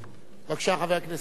בבקשה, חבר הכנסת חסון.